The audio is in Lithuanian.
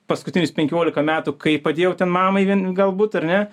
paskutinius penkiolika metų kai padėjau ten mamai vien galbūt ar ne